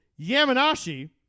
Yamanashi